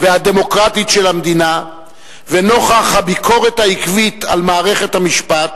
והדמוקרטית של המדינה ונוכח הביקורת העקבית על מערכת המשפט,